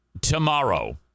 tomorrow